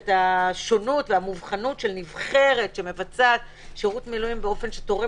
את השונות למובחנות של נבחרת שמבצעת שירות מילואים באופן שתורם